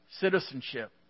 Citizenship